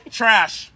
trash